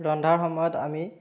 ৰন্ধাৰ সময়ত আমি